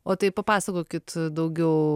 o tai papasakokit daugiau